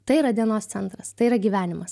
tai yra dienos centras tai yra gyvenimas